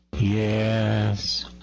yes